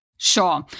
Sure